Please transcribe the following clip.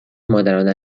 مادرانه